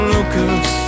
Lucas